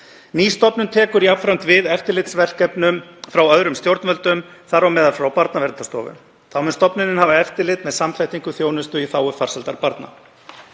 Ný stofnun tekur jafnframt við eftirlitsverkefnum frá öðrum stjórnvöldum, þar á meðal frá Barnaverndarstofu. Þá mun stofnunin hafa eftirlit með samþættingu þjónustu í þágu farsældar barna.